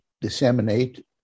disseminate